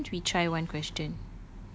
okay why don't we try one question